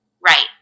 right